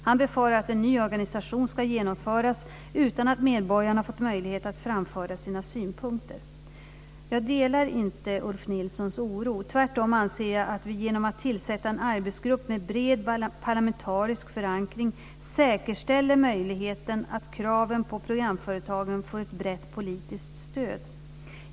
Han befarar att en ny organisation ska genomföras utan att medborgarna fått möjlighet att framföra sina synpunkter. Jag delar inte Ulf Nilssons oro. Tvärtom anser jag att vi genom att tillsätta en arbetsgrupp med bred parlamentarisk förankring säkerställer möjligheten att kraven på programföretagen får ett brett politiskt stöd.